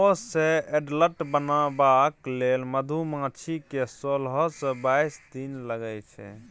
egg सँ adult बनबाक लेल मधुमाछी केँ सोलह सँ बाइस दिन लगै छै